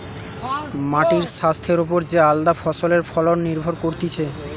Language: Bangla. মাটির স্বাস্থ্যের ওপর যে আলদা ফসলের ফলন নির্ভর করতিছে